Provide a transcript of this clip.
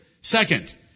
Second